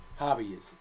hobbyists